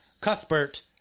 Cuthbert